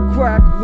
Crack